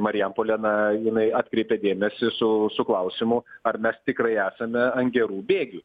marijampolė na jinai atkreipia dėmesį su su klausimu ar mes tikrai esame ant gerų bėgių